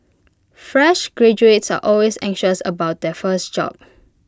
fresh graduates are always anxious about their first job